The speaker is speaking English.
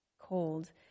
cold